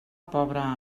pobre